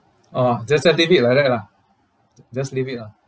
orh just let it be like that lah just leave it lah